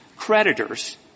creditors